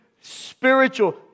spiritual